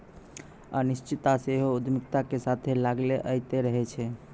अनिश्चितता सेहो उद्यमिता के साथे लागले अयतें रहै छै